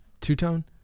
two-tone